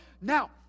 now